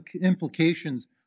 implications